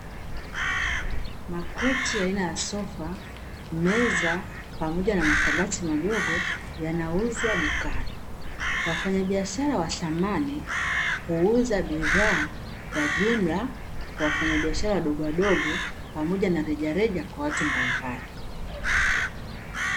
Makochi aina ya sofa, meza, pamoja na makabati madogo yanauzwa dukani. Wafanyabiashara wa samani, huuza bidhaa kwa jumla kwa wafanyabiashara wadogowadogo pamoja na rejareja kwa watu mbalimbali.